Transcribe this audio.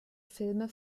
filme